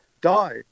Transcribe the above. die